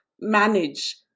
manage